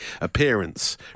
appearance